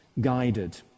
guided